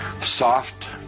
soft